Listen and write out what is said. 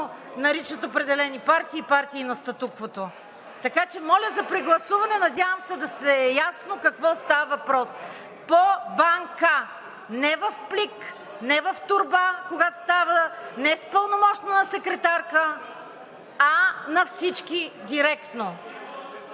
наричат определени партии „партии на статуквото“, така че моля за прегласуване. Надявам се да е ясно за какво става въпрос – по банка, а не в плик, не в торба, не с пълномощно на секретарка, а на всички директно!